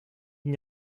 n’y